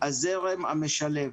הזרם המשלב.